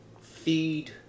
feed